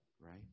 right